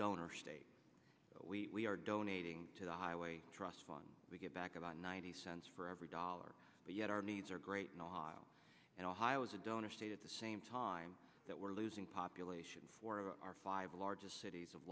donor state we are donating to the highway trust fund we give back about ninety cents for every dollar but yet our needs are great and ohio is a donor state at the same time that we're losing population four of our five largest cities of